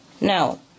Now